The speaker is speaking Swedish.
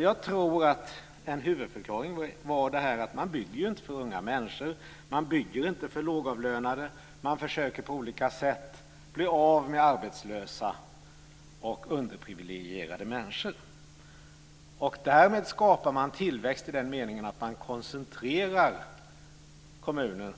Jag tror att en huvudförklaring är att man ju inte bygger för unga människor, man bygger inte för lågavlönade. Man försöker på olika sätt bli av med arbetslösa och underprivilegierade människor. Därmed skapar man tillväxt i den meningen att man koncentrerar kommunen